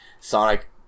Sonic